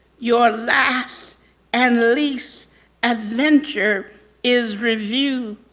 your last and least adventure is review.